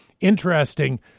interesting